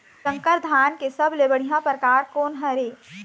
संकर धान के सबले बढ़िया परकार कोन हर ये?